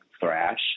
thrash